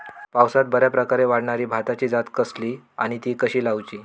पावसात बऱ्याप्रकारे वाढणारी भाताची जात कसली आणि ती कशी लाऊची?